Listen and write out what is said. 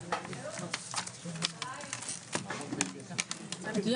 הישיבה ננעלה בשעה 11:35.